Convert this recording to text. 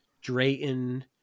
drayton